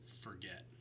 forget